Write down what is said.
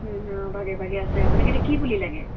অঁ ভাগে ভাগে আছে আপোনাক এতিয়া কি পুলি লাগে